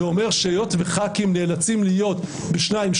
זה אומר שהיות שחברי כנסת נאלצים להיות בשניים,